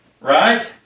right